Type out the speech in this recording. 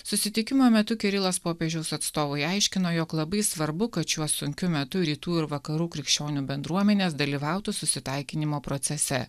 susitikimo metu kirilas popiežiaus atstovui aiškino jog labai svarbu kad šiuo sunkiu metu rytų ir vakarų krikščionių bendruomenės dalyvautų susitaikinimo procese